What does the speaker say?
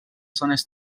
zones